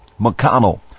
McConnell